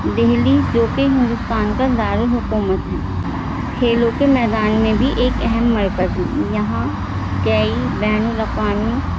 دہلی جو کہ ہندوستان کا دارالحکومت ہے کھیلوں کے میدان میں بھی ایک اہم مرکز ہے یہاں گئی بین الاقوامی